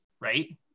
Right